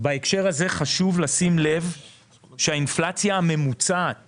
בהקשר הזה חשוב לשים לב שהאינפלציה הממוצעת